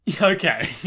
Okay